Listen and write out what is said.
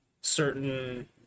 certain